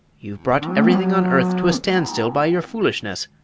you've brought everything on earth to a standstill by your foolishness!